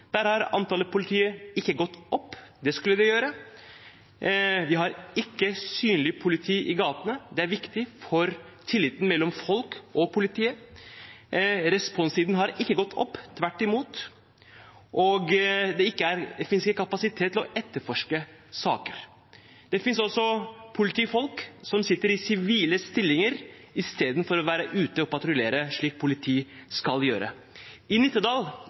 Der har antallet politifolk ikke gått opp, det skulle det gjøre, og vi har ikke synlig politi i gatene, som er viktig for tilliten mellom folk og politiet. Responstiden har ikke gått ned, tvert imot, og det finnes ikke kapasitet til å etterforske saker. Det finnes også politifolk som sitter i sivile stillinger i stedet for å være ute og patruljere, slik politiet skal gjøre. I